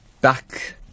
back